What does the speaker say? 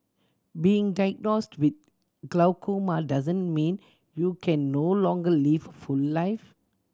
being diagnosed with glaucoma doesn't mean you can no longer live full life